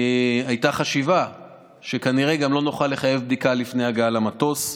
הייתה חשיבה שכנראה גם לא נוכל לחייב בבדיקה לפני ההגעה למטוס.